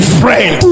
friend